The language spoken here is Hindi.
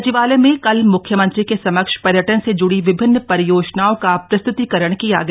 सचिवालय में कल म्ख्यमंत्री के समक्ष पर्यटन से ज्ड़ी विभिन्न परियोजनाओं का प्रस्त्तीकरण किया गया